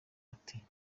atiiyi